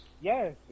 Yes